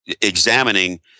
examining